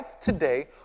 today